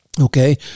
Okay